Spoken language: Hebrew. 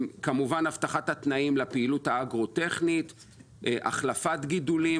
כמובן הבטחת התנאים לפעילות האגרו-טכנית; החלפת גידולים.